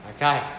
Okay